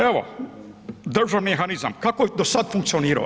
Evo državni mehanizam kako je do sada funkcionirao?